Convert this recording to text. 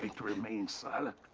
like to remain silent.